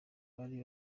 bari